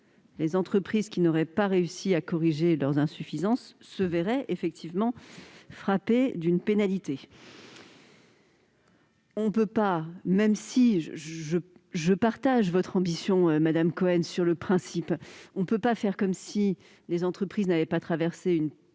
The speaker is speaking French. les entreprises qui n'auraient pas réussi à corriger leurs insuffisances se verraient en effet frappées d'une pénalité, n'est pas encore échu. Quoique je partage votre ambition, Mme Cohen, sur le principe, on ne peut pas faire comme si les entreprises n'avaient pas traversé une période